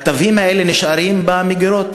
הכתבים האלה נשארים במגירות.